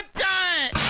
die